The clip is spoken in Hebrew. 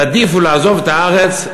תעדיפו לעזוב את הארץ,